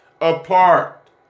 apart